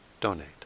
donate